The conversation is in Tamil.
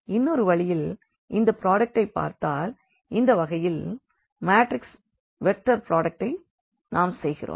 இன்னொரு வழியில் இந்த புராடக்டைப் பார்த்தால் இந்த வகையில் மேட்ரிக்ஸ் வெக்டர் புராடக்ட் ஐ நாம் செய்கிறோம்